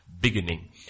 beginning